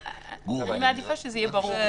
אני מעדיפה שזה יהיה ברור.